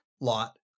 Lot